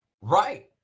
Right